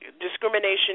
discrimination